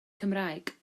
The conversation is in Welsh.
cymraeg